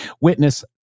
witness